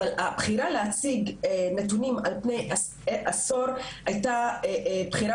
אבל הבחירה להציג נתונים על פני עשור היתה בחירה